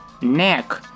neck